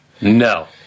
No